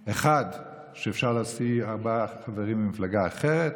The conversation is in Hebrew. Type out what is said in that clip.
לאפשר לשרי ממשלה להתחמק מדיון ואחריות